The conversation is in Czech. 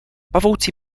pavouci